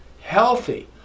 healthy